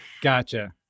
Gotcha